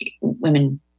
women